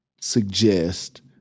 suggest